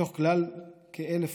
מתוך כלל המלגות,